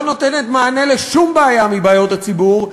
נותנת מענה לשום בעיה מבעיות הציבור,